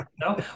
No